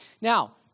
Now